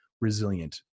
resilient